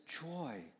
joy